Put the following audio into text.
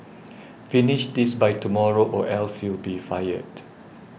finish this by tomorrow or else you'll be fired